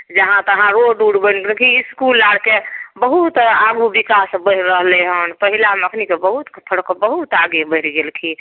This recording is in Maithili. जहाँ तहाँ रोड उड बनि इसकुल आरके बहुत आगू विकास बनि रहलै हन पहिलामे अखनी तऽ बहुत फर्क बहुत आगे बढ़ि गेलखिन